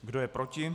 Kdo je proti?